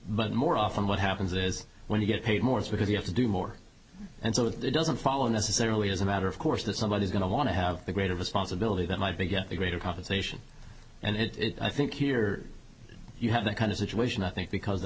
but more often what happens is when you get paid more because you have to do more and so it doesn't follow necessarily as a matter of course the somebody is going to want to have a greater responsibility than life to get a greater compensation and it is i think here you have that kind of situation i think because